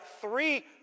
three